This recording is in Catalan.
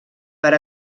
per